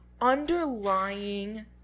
underlying